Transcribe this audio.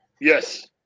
Yes